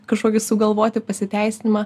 kažkokį sugalvoti pasiteisinimą